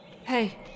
Hey